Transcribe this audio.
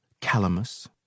Calamus